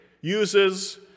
uses